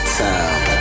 time